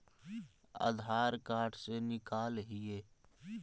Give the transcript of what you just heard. आधार card से निकाल हिऐ?